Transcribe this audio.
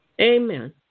Amen